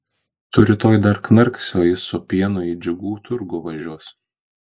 tu rytoj dar knarksi o jis su pienu į džiugų turgų važiuos